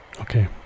Okay